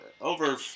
over